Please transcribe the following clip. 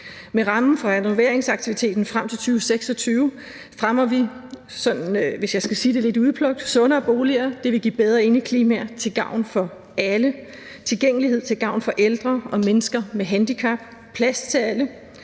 Med rammen for renoveringsaktiviteten frem til 2026 fremmer vi, hvis jeg skal sige det sådan lidt i udpluk, sundere boliger – det vil give bedre indeklimaer til gavn for alle – tilgængelighed til gavn for ældre og mennesker med handicap; plads til alle;